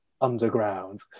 underground